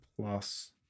plus